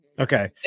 okay